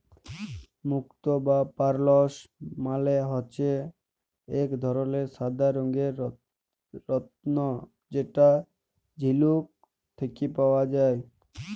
মুক্ত বা পার্লস মালে হচ্যে এক ধরলের সাদা রঙের রত্ন যেটা ঝিলুক থেক্যে পাওয়া যায়